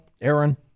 aaron